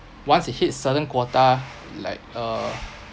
once it hit certain quota like uh